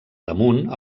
damunt